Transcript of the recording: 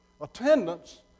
Attendance